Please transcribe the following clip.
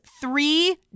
three